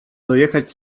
dojechać